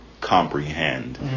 comprehend